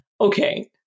Okay